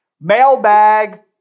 Mailbag